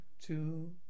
Two